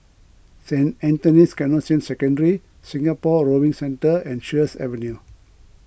Saint Anthony's Canossian Secondary Singapore Rowing Centre and Sheares Avenue